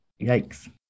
Yikes